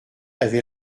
avait